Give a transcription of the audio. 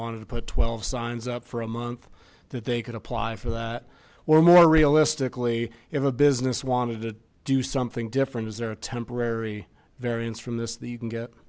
wanted to put twelve signs up for a month that they could apply for that were more realistically if a business wanted to do something different is there a temporary variance from this the you can get